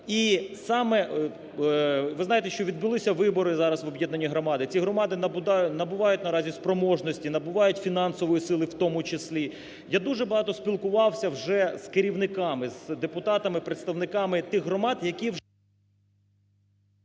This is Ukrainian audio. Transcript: І саме… Ви знаєте, що відбулися вибори зараз в об'єднані громади. Ці громади набувають зараз спроможності, набувають фінансової сили у тому числі. Я дуже багато спілкувався вже з керівниками, з депутатами, з представниками тих громад, які…